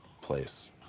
place